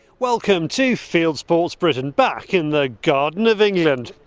welcome to fieldsports britain back in the garden of england.